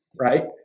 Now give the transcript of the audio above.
right